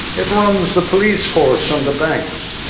it runs the police force and the banks,